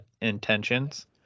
intentions